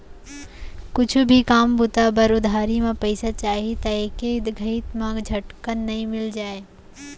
कुछु भी काम बूता बर उधारी म पइसा चाही त एके घइत म झटकुन नइ मिल जाय